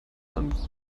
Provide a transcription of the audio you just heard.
und